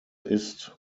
ist